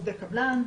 עובדי קבלן.